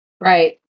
Right